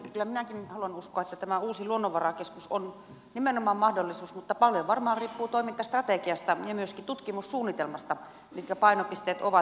kyllä minäkin haluan uskoa että tämä uusi luonnonvarakeskus on nimenomaan mahdollisuus mutta paljon varmaan riippuu toimintastrategiasta ja myöskin tutkimussuunnitelmasta mitkä painopisteet ovat